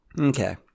Okay